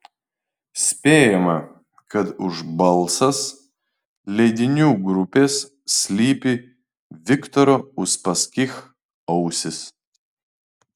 spėjama kad už balsas leidinių grupės slypi viktoro uspaskich ausys